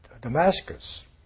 Damascus